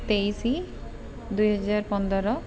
ତେଇଶି ଦୁଇ ହଜାର ପନ୍ଦର